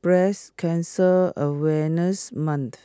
breast cancer awareness month